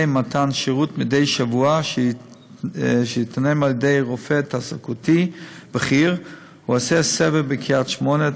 מתן שירות מדי שבוע על-ידי רופא תעסוקתי בכיר העושה סבב בקריית-שמונה,